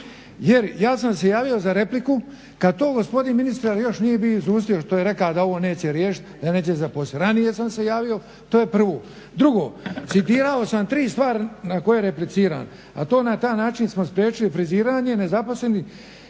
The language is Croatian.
jer ja sam se javio za repliku kad to gospodin ministar još nije bio izustio što je rekao da ovo neće riješit, da neće zaposlit. Ranije sam se javio, to je prvo. Drugo, citirao sam tri stvari na koje repliciram, a to je na taj način smo spriječili friziranje nezaposlenih,